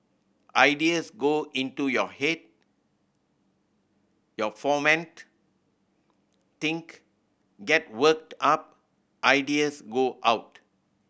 ideas go into your head your foment think get worked up ideas go out